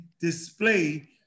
display